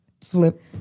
flip